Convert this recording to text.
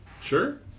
Sure